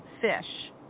fish